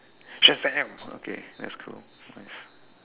shazam okay that's cool nice